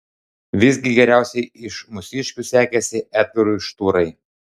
visgi geriausiai iš mūsiškių sekėsi edgarui šturai